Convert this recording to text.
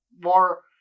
more